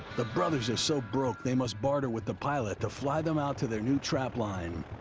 the brothers are so broke, they must barter with the pilot to fly them out to their new trapline,